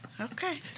Okay